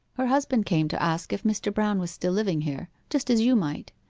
her husband came to ask if mr. brown was still living here just as you might.